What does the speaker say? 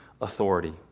authority